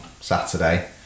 Saturday